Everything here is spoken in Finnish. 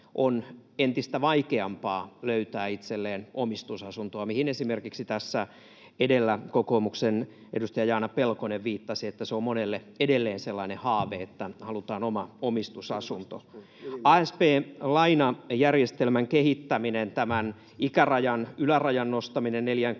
on entistä vaikeampaa löytää itselleen omistusasunto, ja kuten esimerkiksi tässä edellä kokoomuksen edustaja Jaana Pelkonen viittasi, se on monelle edelleen sellainen haave, että halutaan oma omistusasunto. Asp-lainajärjestelmän kehittäminen, tämän yläikärajan nostaminen 44 vuoteen,